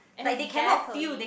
exactly